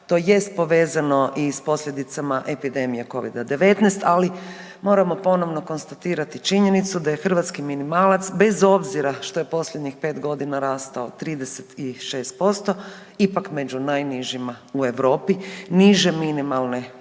to jest povezano i s posljedicama epidemije Covida-19, ali moramo ponovno konstatirati činjenicu da je hrvatski minimalac, bez obzira što je posljednjih 5 godina rastao 36% ipak među najnižima u Europi, niže minimalne plaće